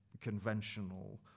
conventional